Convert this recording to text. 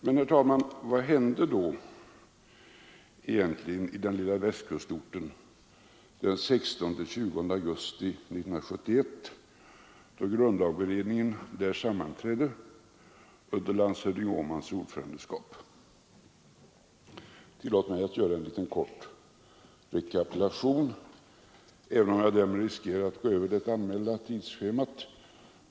Men, herr talman, vad hände egentligen i den lilla Västkustorten den 16—20 augusti 1971, då grundlagberedningen där sammanträdde under landshövding Åmans ordförandeskap? Tillåt mig att göra en kort rekapitulation, även om jag därmed riskerar att gå över den anmälda tiden.